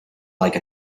like